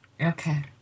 Okay